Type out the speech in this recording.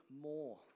more